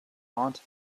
aunt